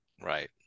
Right